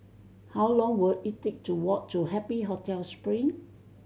how long will it take to walk to Happy Hotel Spring